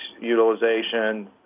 utilization